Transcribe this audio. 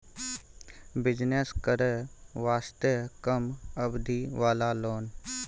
Business करे वास्ते कम अवधि वाला लोन?